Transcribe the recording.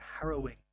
harrowing